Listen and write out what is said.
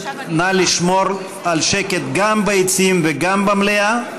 נא לשמור על שקט גם ביציעים וגם במליאה.